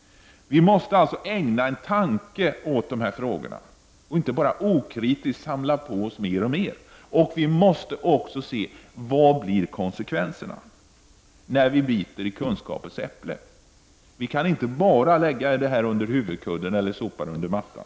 Vi måste ägna en tanke åt dessa frågor och inte bara okritiskt samla på oss mer och mer. Vi måste också se vilka konsekvenserna blir när vi biter i kunskapens äpple. Vi kan inte bara lägga detta under huvudkudden eller sopa det under mattan.